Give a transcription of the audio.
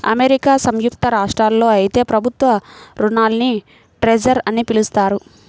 America సంయుక్త రాష్ట్రాల్లో అయితే ప్రభుత్వ రుణాల్ని ట్రెజర్ అని పిలుస్తారు